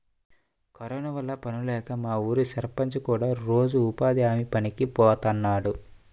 corona వల్ల పనుల్లేక మా ఊరి సర్పంచ్ కూడా రోజూ ఉపాధి హామీ పనికి బోతన్నాడు